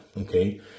Okay